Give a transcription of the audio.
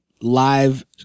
live